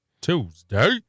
Tuesday